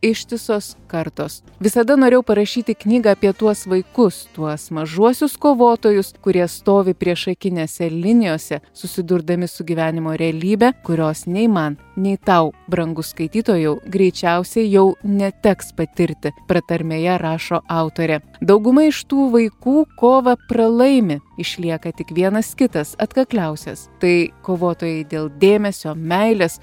ištisos kartos visada norėjau parašyti knygą apie tuos vaikus tuos mažuosius kovotojus kurie stovi priešakinėse linijose susidurdami su gyvenimo realybę kurios nei man nei tau brangus skaitytojau greičiausiai jau neteks patirti pratarmėje rašo autorė dauguma iš tų vaikų kovą pralaimi išlieka tik vienas kitas atkakliausias tai kovotojai dėl dėmesio meilės